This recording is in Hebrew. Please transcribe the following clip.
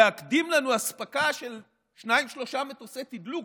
להקדים לנו אספקה של שניים-שלושה מטוסי תדלוק,